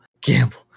gamble